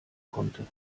konnte